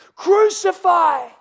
crucify